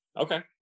Okay